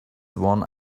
one